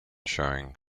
showing